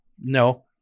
No